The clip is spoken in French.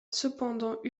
cependant